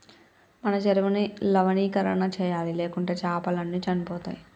మన చెరువుని లవణీకరణ చేయాలి, లేకుంటే చాపలు అన్ని చనిపోతయ్